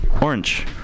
Orange